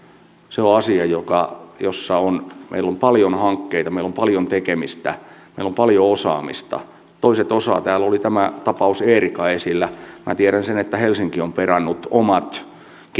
se on asia jossa meillä on paljon hankkeita meillä on paljon tekemistä meillä on paljon osaamista toiset osaavat täällä oli tämä tapaus eerika esillä minä tiedän sen että helsinki on perannut omat